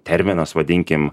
terminas vadinkim